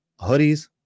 hoodies